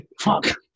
Fuck